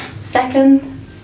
second